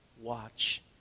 watch